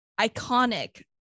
iconic